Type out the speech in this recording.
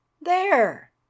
There